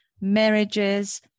marriages